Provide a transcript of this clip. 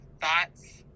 thoughts